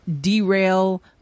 derail